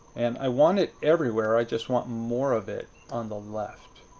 and i want it everywhere i just want more of it on the left.